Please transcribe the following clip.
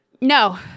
No